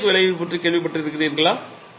Seebeck விளைவு பற்றி கேள்விப்பட்டிருக்கிறீர்களா